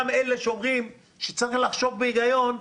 גם אלה שאומרים שצריך לחשוב בהיגיון,